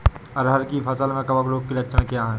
अरहर की फसल में कवक रोग के लक्षण क्या है?